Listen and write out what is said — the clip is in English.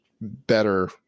better